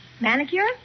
Manicure